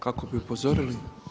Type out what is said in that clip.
Kako bi upozorili?